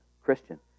Christian